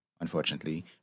unfortunately